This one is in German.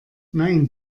nein